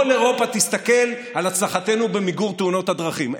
כל אירופה תסתכל על הצלחתנו במיגור תאונות הדרכים,